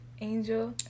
Angel